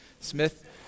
Smith